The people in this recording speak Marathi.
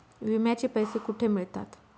विम्याचे पैसे कुठे मिळतात?